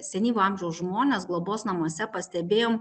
senyvo amžiaus žmones globos namuose pastebėjom